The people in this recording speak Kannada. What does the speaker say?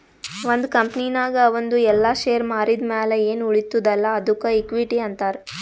ಒಂದ್ ಕಂಪನಿನಾಗ್ ಅವಂದು ಎಲ್ಲಾ ಶೇರ್ ಮಾರಿದ್ ಮ್ಯಾಲ ಎನ್ ಉಳಿತ್ತುದ್ ಅಲ್ಲಾ ಅದ್ದುಕ ಇಕ್ವಿಟಿ ಅಂತಾರ್